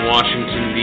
Washington